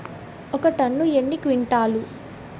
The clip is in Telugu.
ఒక టన్ను ఎన్ని క్వింటాల్లు?